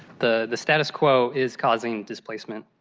the the status quo is causing displacement.